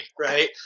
right